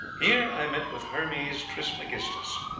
here i met with hermes trismegistus,